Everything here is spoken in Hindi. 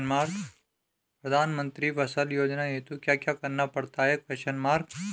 प्रधानमंत्री फसल योजना हेतु क्या क्या करना पड़ता है?